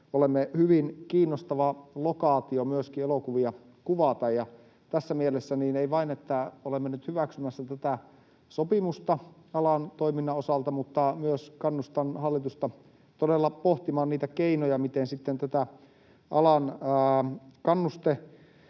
olemme hyvin kiinnostava lokaatio myöskin elokuvia kuvata. Tässä mielessä sen lisäksi, että olemme nyt hyväksymässä tätä sopimusta alan toiminnan osalta, myös kannustan hallitusta todella pohtimaan niitä keinoja, miten sitten tätä alan